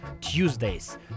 Tuesdays